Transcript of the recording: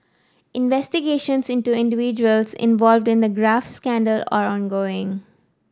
investigations into individuals involved in the graft scandal are ongoing